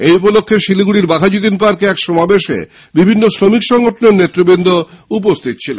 এই উপলক্ষ্যে শিলিগুড়ির বাঘাযতীন পার্কে এক সমাবেশ বিভিন্ন শ্রমিক সংগঠনের নেতৃবৃন্দ উপস্থিত ছিলেন